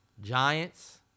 Giants